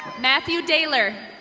matthew dayler.